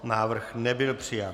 Návrh nebyl přijat.